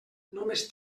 només